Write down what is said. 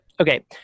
Okay